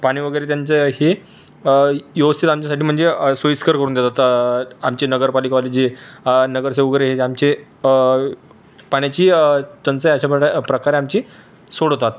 पाणी वगैरे त्यांचं हे व्यवस्थित आमच्यासाठी म्हणजे सोईस्कर करून देतात आमचे नगरपालिकावाले जे नगरसेवक वगैरे हे जे आमचे पाण्याची टंचाई अशा प्रका प्रकारे आमची सोडवतात